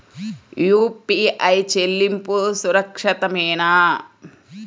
UPI చెల్లింపు సురక్షితమేనా?